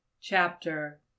chapter